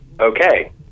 okay